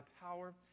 power